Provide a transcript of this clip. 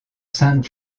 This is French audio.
saint